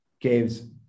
gives